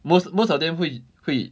most most of them 会会